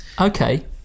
okay